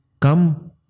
come